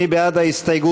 מי בעד ההסתייגות?